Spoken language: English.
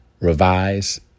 revise